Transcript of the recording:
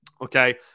Okay